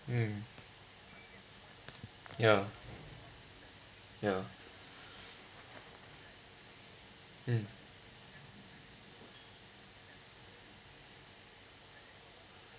mm yeah yeah mm